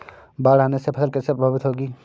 बाढ़ आने से फसल कैसे प्रभावित होगी?